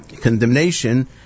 condemnation